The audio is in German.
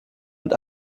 mit